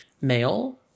male